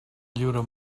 lliure